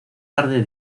tarde